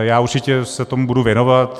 Já určitě se tomu budu věnovat.